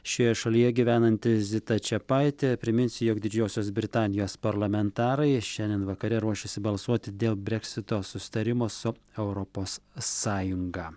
šioje šalyje gyvenanti zita čepaitė priminsiu jog didžiosios britanijos parlamentarai šiandien vakare ruošiasi balsuoti dėl breksito susitarimo su europos sąjunga